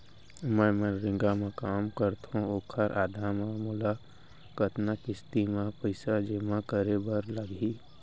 मैं मनरेगा म काम करथो, ओखर आधार म मोला कतना किस्ती म पइसा जेमा करे बर लागही?